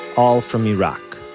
all from iraq.